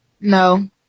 No